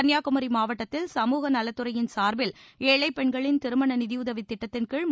கன்னியாகுமரி மாவட்டத்தில் சமூக நலத்துறையின் சார்பில் ஏழைப் பெண்களின் திருமண நிதியுதவி திட்டத்தின்கீழ்